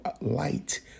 light